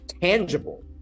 tangible